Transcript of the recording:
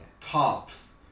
Tops